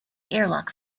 airlock